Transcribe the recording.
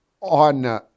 on